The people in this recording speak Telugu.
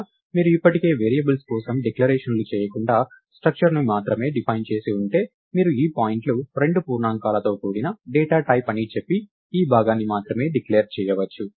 లేదా మీరు ఇప్పటికే వేరియబుల్స్ కోసం డిక్లరేషన్లు చేయకుండా స్ట్రక్చర్ని మాత్రమే డిఫైన్ చేసి ఉంటే మీరు ఈ పాయింట్లు రెండు పూర్ణాంకాలతో కూడిన డేటా టైప్ అని చెప్పి ఈ భాగాన్ని మాత్రమే డిక్లేర్ చేయవచ్చు